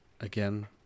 again